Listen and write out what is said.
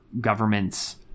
governments